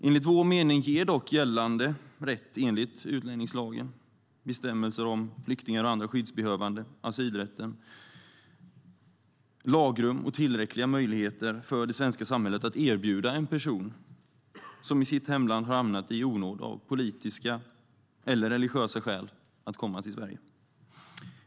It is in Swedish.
Enligt vår mening ger dock gällande rätt enligt utlänningslagens bestämmelser om flyktingar och andra skyddsbehövande, asylrätten, tillräckliga möjligheter för det svenska samhället att erbjuda en person som i sitt hemland har hamnat i onåd av politiska eller religiösa skäl att komma till Sverige.